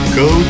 go